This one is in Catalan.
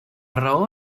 raó